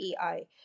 ai